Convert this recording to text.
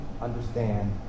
understand